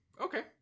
okay